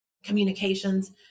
communications